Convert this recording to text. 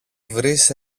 βρεις